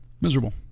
miserable